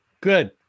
Good